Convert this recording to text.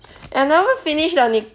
and never finish the nic~